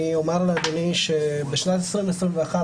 אני אומר לאדוני שבשנת 2021,